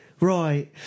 Right